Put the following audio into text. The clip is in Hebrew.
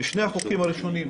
שני החוקים הראשונים,